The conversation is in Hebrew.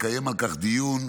לקיים על כך דיון,